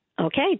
Okay